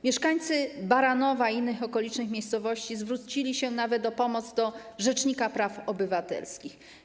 Mieszkańcy Baranowa i innych okolicznych miejscowości zwrócili się nawet o pomoc do rzecznika praw obywatelskich.